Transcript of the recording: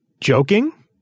joking